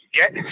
get